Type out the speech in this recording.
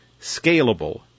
scalable